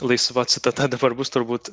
laisva citata dabar bus turbūt